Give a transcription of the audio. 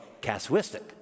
casuistic